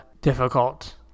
difficult